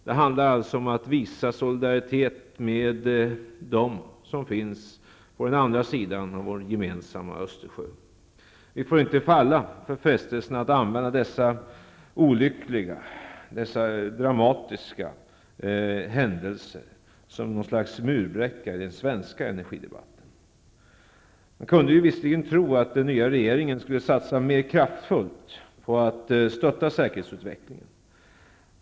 Det handlar om att visa solidaritet med dem som finns på den andra sidan av vår gemensamma Östersjö. Vi får inte falla för frestelsen att använda dessa olyckliga, dessa dramatiska händelser som något slags murbräcka i den svenska energidebatten. Man kunde visserligen tro att den nya regeringen skulle satsa mer kraftfullt på att stötta säkerhetsutvecklingen.